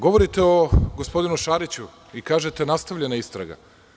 Govorite o gospodinu Šariću, i kažete – nastavljena istraga.